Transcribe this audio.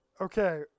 Okay